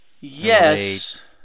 Yes